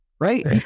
Right